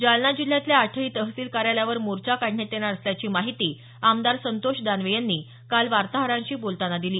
जालना जिल्ह्यातल्या आठही तहसील कार्यालयावर मोर्चा काढण्यात येणार असल्याची माहिती आमदार संतोष दानवे यांनी काल वार्ताहरांशी बोलताना दिली